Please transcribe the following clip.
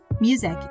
Music